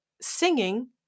Singing